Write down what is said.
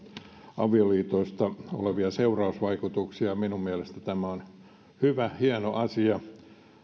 avioliitoista olevia seurausvaikutuksia ja siksi minun mielestäni tämä lakiehdotus on hyvä hieno asia